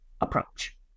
approach